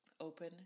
Open